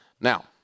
Now